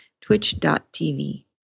twitch.tv